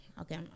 Okay